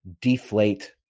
deflate